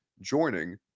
joining